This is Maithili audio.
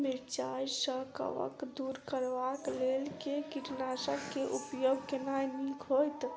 मिरचाई सँ कवक दूर करबाक लेल केँ कीटनासक केँ उपयोग केनाइ नीक होइत?